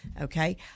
Okay